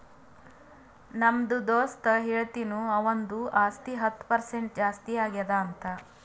ನಮ್ದು ದೋಸ್ತ ಹೇಳತಿನು ಅವಂದು ಆಸ್ತಿ ಹತ್ತ್ ಪರ್ಸೆಂಟ್ ಜಾಸ್ತಿ ಆಗ್ಯಾದ್ ಅಂತ್